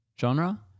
genre